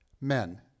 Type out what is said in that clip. men